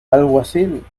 alguacil